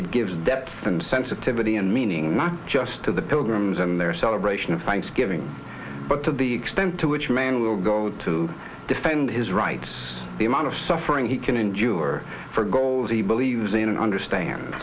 it gives depth insensitivity and meaning not just to the pilgrims and their celebration of thanksgiving but to the extent to which man will go to defend his rights the amount of suffering he can endure for goals he believes in and understand